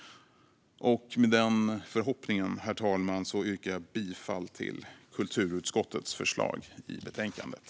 Med den förhoppningen, herr talman, yrkar jag bifall till kulturutskottets förslag i betänkandet.